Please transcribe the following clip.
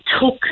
took